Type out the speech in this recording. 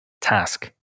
task